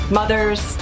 mothers